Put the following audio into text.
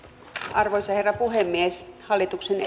arvoisa herra puhemies hallituksen